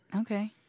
Okay